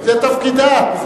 זה תפקידם,